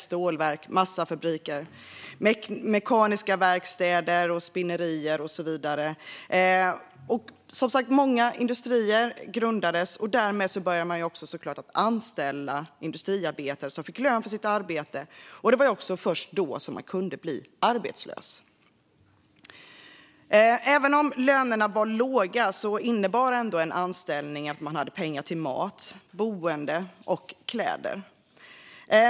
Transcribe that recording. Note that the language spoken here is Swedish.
Stålverk, massafabriker, mekaniska verkstäder, spinnerier och många andra industrier grundades. Därmed började man såklart också anställa industriarbetare som fick lön för sitt arbete, och det var först då man också kunde bli arbetslös. Även om lönerna var låga innebar ändå en anställning att man hade pengar till mat, boende och kläder.